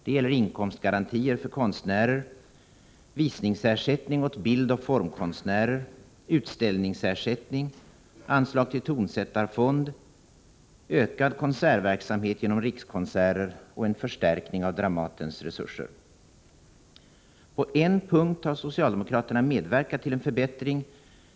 Det gäller inkomstgarantier för konstnärer, visningsersättning åt bildoch formkonstnärer, utställningsersättning, anslag till tonsättarfond, ökad konsertverksamhet genom Rikskonserter och en förstärkning av Dramatens resurser. På en punkt har socialdemokraterna medverkat till en förbättring.